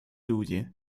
люди